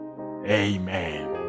Amen